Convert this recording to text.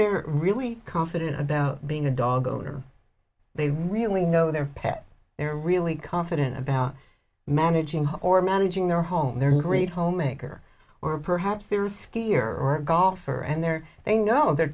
they're really confident about being a dog owner they really know their pet they're really confident about managing or managing their home they're great homemaker or perhaps there is fear or golfer and there they know their